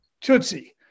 Tootsie